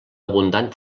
abundant